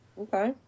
Okay